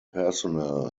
personnel